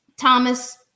Thomas